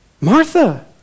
Martha